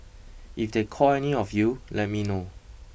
if they call any of you let me know